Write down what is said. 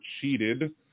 cheated